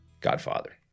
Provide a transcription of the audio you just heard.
Godfather